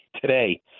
today